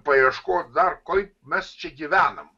paieškot dar kaip mes čia gyvenam